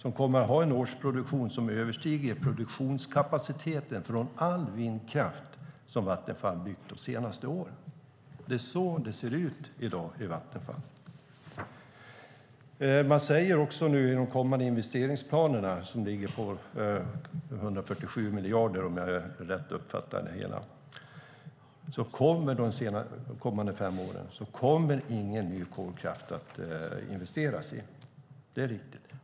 De kommer att ha en årsproduktion som överstiger produktionskapaciteten från all vindkraft som Vattenfall byggt de senaste åren. Det är så det ser ut i dag i Vattenfall. Man säger i de kommande investeringsplanerna, som ligger på 147 miljarder om jag uppfattar det hela rätt, att det inte kommer att investeras i någon ny kolkraft. Det är riktigt.